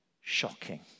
shocking